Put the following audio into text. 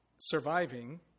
surviving